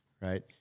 right